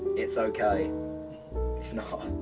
it's ok it's not.